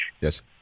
Yes